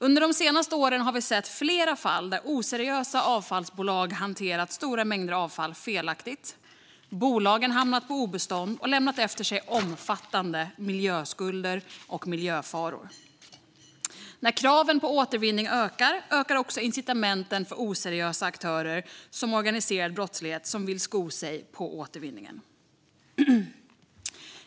Under de senaste åren har vi sett flera fall där oseriösa avfallsbolag hanterat stora mängder avfall felaktigt. Bolagen har hamnat på obestånd och lämnat efter sig omfattande miljöskulder och miljöfaror. Med ökade krav på återvinning ökar också incitamenten för oseriösa aktörer, som organiserade brottslingar, att sko sig på återvinningen.